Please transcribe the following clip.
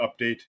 update